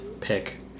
pick